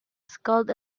scowled